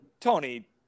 Tony